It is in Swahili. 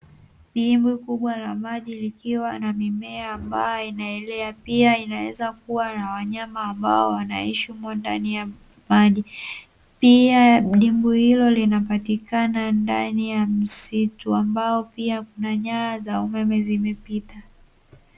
Dimbwi kubwa la maji likiwa na mimea ambayo inaelea, pia inaweza kuwa na wanyama ambao wanaishi humo ndani ya maji, pia dimbwi hilo linapatikana ndani ya msitu ambao pia kuna nyaya za umeme zimepita.